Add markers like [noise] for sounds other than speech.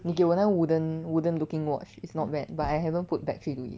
[noise] 你给我那个 wooden wooden looking watch I not bad but I haven't put battery to it